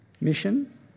mission